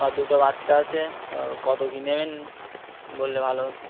বা দুটো বাচ্চা আসে কত কি নেবেন বললে ভালো হতো